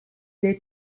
dei